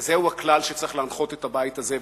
זה הכלל שצריך להנחות את הבית הזה,